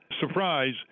surprise